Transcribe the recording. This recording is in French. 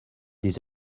des